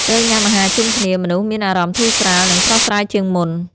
ពេលញ៉ាំអាហារជុំគ្នា មនុស្សមានអារម្មណ៍ធូរស្រាល និងស្រស់ស្រាយជាងមុន។